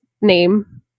name